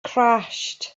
crashed